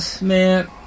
man